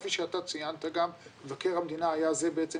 כפי שאת ציינת גם, מבקר המדינה היה זה בעצם